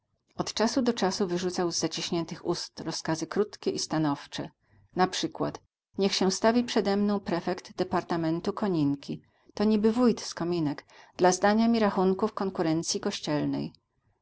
od czasu do czasu wyrzucał z zaciśniętych ust rozkazy krótkie i stanowcze na przykład niech się stawi przede mną prefekt departamentu koninki to niby wójt z kominek dla zdania mi rachunków konkurencji kościelnej